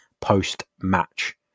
post-match